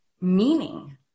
meaning